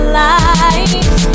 light